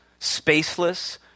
spaceless